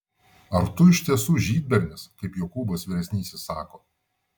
ar tu iš tiesų žydbernis kaip jokūbas vyresnysis sako